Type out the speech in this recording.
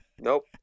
Nope